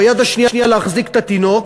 ביד השנייה להחזיק את התינוק,